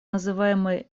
называемый